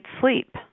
sleep